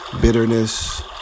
bitterness